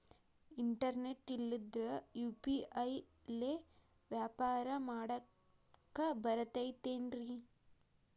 Internet ಇಲ್ಲಂದ್ರ UPI ಲೇ ವ್ಯವಹಾರ ಮಾಡಾಕ ಬರತೈತೇನ್ರೇ?